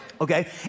Okay